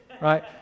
right